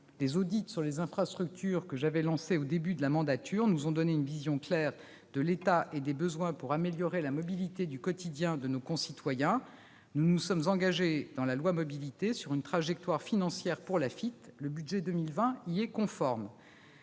Les audits sur les infrastructures que j'avais lancés en début de mandature nous ont donné une vision claire de leur état et des besoins pour améliorer la mobilité au quotidien de nos concitoyens. Nous nous sommes engagés dans la loi Mobilités sur une trajectoire financière pour l'Afitf : le budget pour 2020 y est conforme.